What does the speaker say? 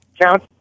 count